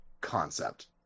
concept